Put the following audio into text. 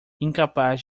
incapaz